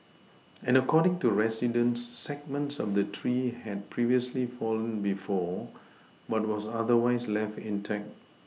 and according to residents segments of the tree had previously fallen before but was otherwise left intact